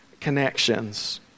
connections